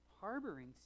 harboring